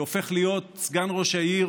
שהופך להיות סגן ראש העיר